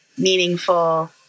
meaningful